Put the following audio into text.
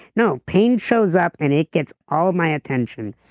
no pain shows up and it gets all of my attention.